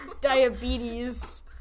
diabetes